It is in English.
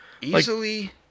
Easily